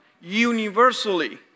Universally